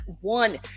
one